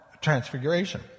Transfiguration